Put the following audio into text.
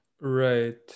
Right